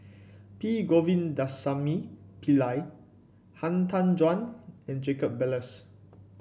P Govindasamy Pillai Han Tan Juan and Jacob Ballas